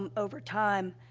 um over time